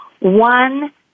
one